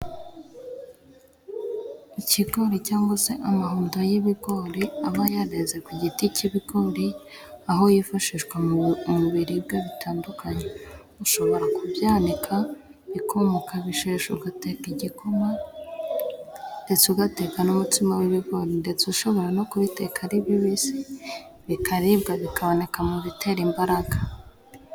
Ikigori cyangwa se amahundo y'ibigori, aba yareze ku giti cy'ibigori aho yifashishwa mu biribwa bitandukanye. Ushobora kubyanika bikuma, ukabishesha ugateka igikoma ndetse ugateka n'umutsima w'ibigori, ndetse ushobora no kubiteka ari bibisi, bikaribwa bikaboneka mu bitera imbaraga.